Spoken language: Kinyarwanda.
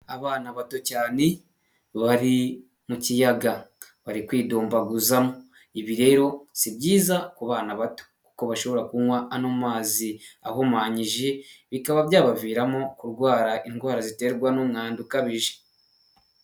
Abana bato cyane, bari mu kiyaga. Bari kwidumbaguzamo. Ibi rero si byiza ku bana bato. Kuko bashobora kunywa ano mazi ahumanyije, bikaba byabaviramo kurwara indwara ziterwa n'umwanda ukabije.